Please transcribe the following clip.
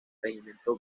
regimiento